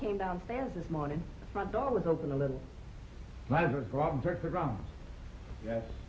came downstairs this morning front door was open a little